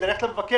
כדי ללכת למבקר,